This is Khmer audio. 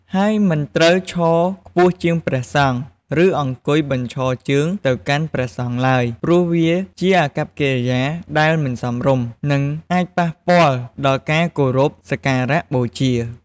ហើយមិនត្រូវឈរខ្ពស់ជាងព្រះសង្ឃ ឬអង្គុយបញ្ឈរជើងទៅកាន់ព្រះសង្ឃឡើយ ព្រោះវាជាអាកប្បកិរិយាដែលមិនសមរម្យ និងអាចប៉ះពាល់ដល់ការគោរពសក្ការបូជា។